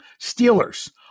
Steelers